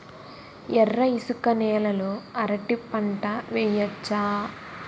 ఎర్ర ఇసుక నేల లో అరటి పంట వెయ్యచ్చా?